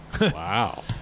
Wow